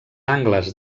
angles